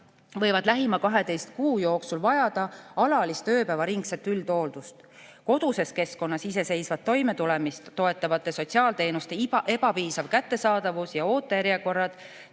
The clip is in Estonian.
võivad lähima 12 kuu jooksul vajada alalist ööpäevaringset üldhooldust. Koduses keskkonnas iseseisvat toimetulemist toetavate sotsiaalteenuste ebapiisav kättesaadavus ja ootejärjekorrad,